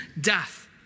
Death